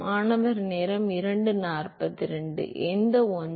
மாணவர் எந்த ஒன்று